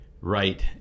Right